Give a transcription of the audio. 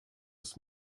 das